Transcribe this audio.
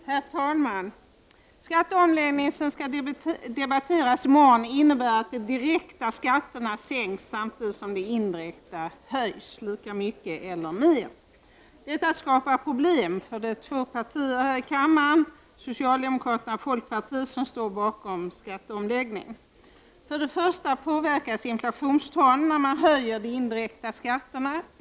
Herr talman! Skatteomläggningen som skall debatteras i morgon innebär att de direkta skatterna sänks samtidigt som de indirekta skatterna höjs lika mycket eller mer. Detta skapar problem för de två partier här i kammaren, socialdemokraterna och folkpartiet, som står bakom skatteomläggningen. För det första påverkas inflationstalen när de indirekta skatterna höjs.